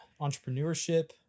entrepreneurship